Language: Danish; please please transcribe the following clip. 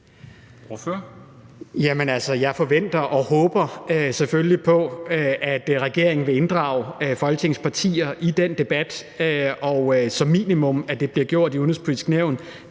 jeg forventer og håber selvfølgelig på, at regeringen vil inddrage Folketingets partier i den debat – og som minimum, at det bliver gjort i Det Udenrigspolitiske Nævn.